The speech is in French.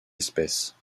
espèce